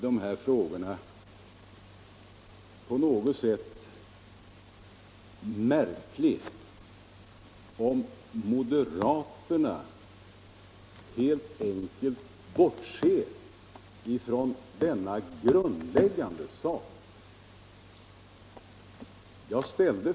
Det är märkligt att moderaterna i varje debatt i dessa frågor helt enkelt bortser från detta grundläggande förhållande.